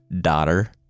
daughter